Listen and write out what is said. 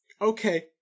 Okay